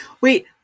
Wait